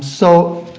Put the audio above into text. so